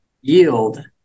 yield